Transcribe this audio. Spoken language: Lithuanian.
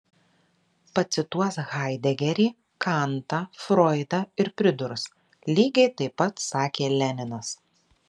pacituos haidegerį kantą froidą ir pridurs lygiai taip pat sakė leninas